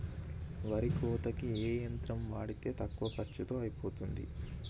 వరి కోతకి ఏ యంత్రం వాడితే తక్కువ ఖర్చులో అయిపోతుంది?